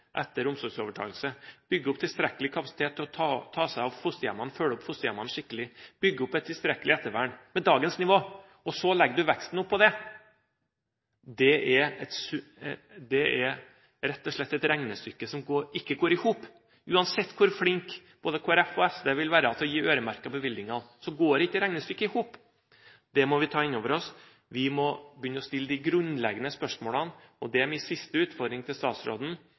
opp tilstrekkelig kapasitet til å ta seg av fosterhjemmene, følger opp fosterhjemmene skikkelig, bygger opp et tilstrekkelig ettervern og så legger veksten oppå det, er det rett og slett et regnestykke som ikke går i hop. Uansett hvor flinke både Kristelig Folkeparti og SV vil være til å gi øremerkede bevilgninger, går ikke regnestykket i hop. Det må vi ta innover oss. Vi må begynne å stille de grunnleggende spørsmålene. Min siste utfordring til statsråden